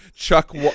Chuck